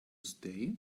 stay